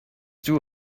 two